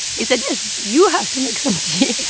he said, yes, you have to make some tea